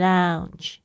Lounge